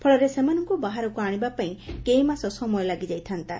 ଫଳରେ ସେମାନଙ୍କୁ ବାହାରକୁ ଆଣିବା ପାଇଁ କେଇମାସ ସମୟ ଲାଗିଯାଇଥାନ୍ତା